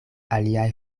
aliaj